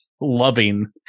loving